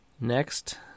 Next